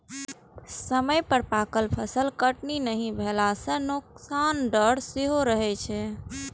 समय पर पाकल फसलक कटनी नहि भेला सं नोकसानक डर सेहो रहै छै